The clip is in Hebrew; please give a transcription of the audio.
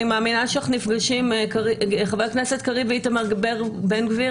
חברי הכנסת קריב ואיתמר בן גביר,